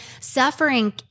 suffering